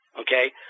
okay